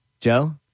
Joe